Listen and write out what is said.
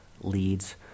leads